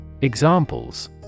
Examples